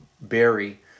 Berry